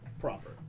proper